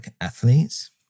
athletes